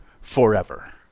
forever